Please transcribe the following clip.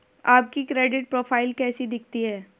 आपकी credit profile कैसी दिखती है?